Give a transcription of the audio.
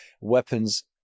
weapons